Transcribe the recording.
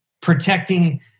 protecting